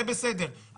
זה בסדר,